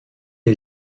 est